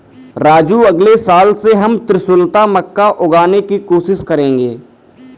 राजू अगले साल से हम त्रिशुलता मक्का उगाने की कोशिश करेंगे